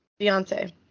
Beyonce